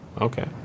Okay